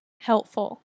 helpful